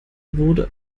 wurde